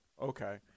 okay